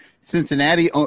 Cincinnati